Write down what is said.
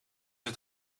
het